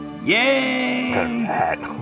Yay